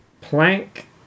Plank